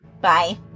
Bye